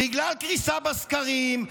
בגלל קריסה בסקרים,